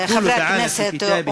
חברי הכנסת,